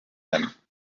them